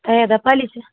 ഏതാ പലിശ